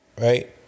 Right